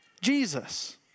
Jesus